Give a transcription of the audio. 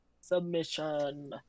Submission